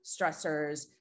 stressors